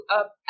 up